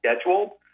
schedule